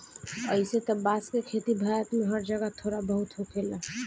अइसे त बांस के खेती भारत में हर जगह थोड़ा बहुत होखेला